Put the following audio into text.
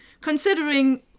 considering